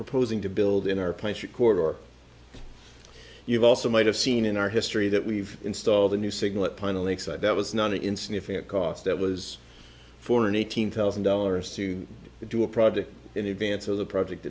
proposing to build in our plants or court or you've also might have seen in our history that we've installed a new signal at pine a lakeside that was not in significant cost that was for an eighteen thousand dollars to do a project in advance of the project